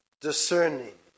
discerning